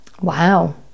Wow